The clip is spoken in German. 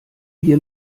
hier